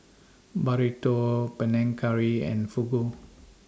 Burrito Panang Curry and Fugu